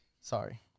Sorry